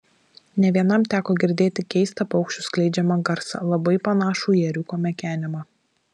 ne vienam teko girdėti keistą paukščių skleidžiamą garsą labai panašų į ėriuko mekenimą